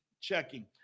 checking